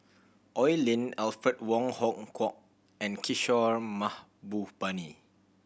Oi Lin Alfred Wong Hong Kwok and Kishore Mahbubani